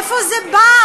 מאיפה זה בא?